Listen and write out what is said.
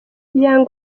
young